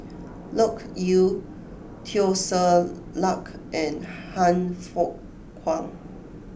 Loke Yew Teo Ser Luck and Han Fook Kwang